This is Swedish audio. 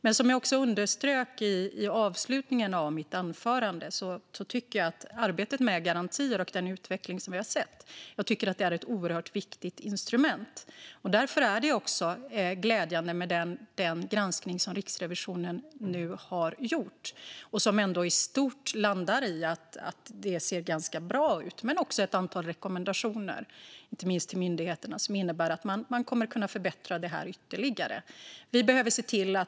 Men som jag också underströk i slutet av mitt huvudanförande är arbetet med garantier ett viktigt instrument. Därför är det glädjande att Riksrevisionens granskning i stort landar i att det ser ganska bra ut. Den innehåller också ett antal rekommendationer, inte minst till myndigheterna, som innebär att man kommer att kunna förbättra detta ytterligare.